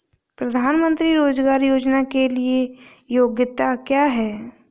प्रधानमंत्री रोज़गार योजना के लिए योग्यता क्या है?